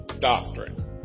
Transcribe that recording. doctrine